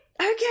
okay